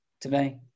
today